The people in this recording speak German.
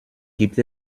gibt